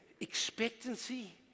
Expectancy